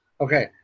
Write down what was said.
okay